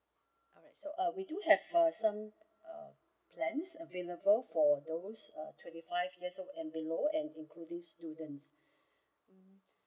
alright so uh we do have uh some uh plans available for those uh twenty five years old and below and including students